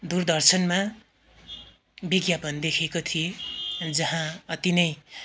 दूरदर्शनमा विज्ञापन देखेको थिएँ जहाँ अति नै